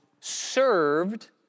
served